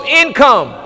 income